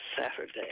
Saturday